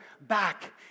back